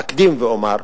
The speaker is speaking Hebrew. אקדים ואומר: